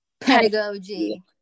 pedagogy